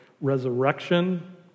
resurrection